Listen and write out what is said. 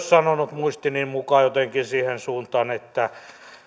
sanonut muistini mukaan myös jotenkin siihen suuntaan että